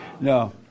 No